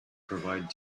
provide